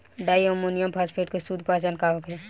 डाई ammonium phosphate के शुद्ध पहचान का होखे?